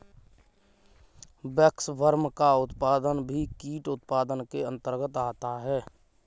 waxworm का उत्पादन भी कीट उत्पादन के अंतर्गत आता है